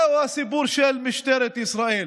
זהו הסיפור של משטרת ישראל,